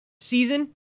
season